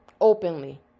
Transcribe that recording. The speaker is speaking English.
Openly